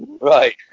Right